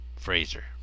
Fraser